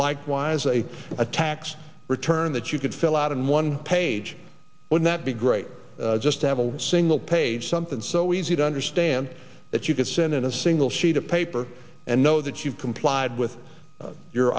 likewise a a tax return that you could fill out and one page would that be great just to have a single page something so easy to understand that you could send in a single sheet of paper and know that you've complied with your